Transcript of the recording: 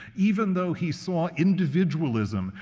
even though he saw individualism,